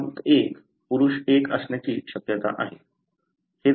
म्हणून क्रमांक 1 पुरुष 1 असण्याची शक्यता आहे